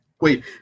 Wait